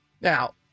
Now